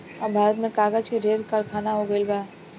अब भारत में कागज के ढेरे कारखाना हो गइल बा